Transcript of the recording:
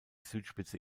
südspitze